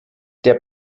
der